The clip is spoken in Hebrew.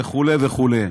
וכו' וכו'.